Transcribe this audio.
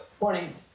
Morning